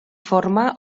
forma